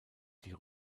die